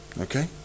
okay